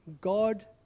God